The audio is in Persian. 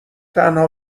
تنها